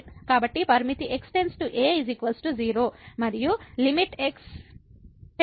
కాబట్టి limit x → a0 మరియు limit x → a g 0